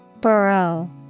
Burrow